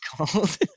called